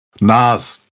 Nas